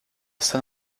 san